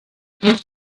have